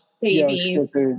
babies